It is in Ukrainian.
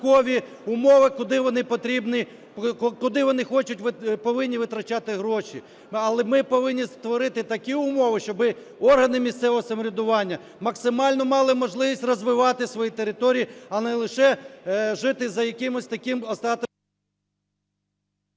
потрібні, куди вони хочуть, повинні витрачати гроші. Ну, але ми повинні створити такі умови, щоби органи місцевого самоврядування максимально мали можливість розвивати свої території, а не лише жити за якимсь таким...